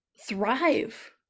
thrive